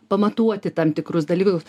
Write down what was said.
pamatuoti tam tikrus dalykus